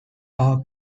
are